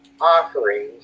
offerings